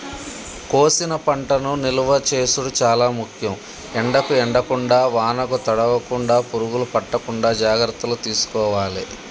కోసిన పంటను నిలువ చేసుడు చాల ముఖ్యం, ఎండకు ఎండకుండా వానకు తడవకుండ, పురుగులు పట్టకుండా జాగ్రత్తలు తీసుకోవాలె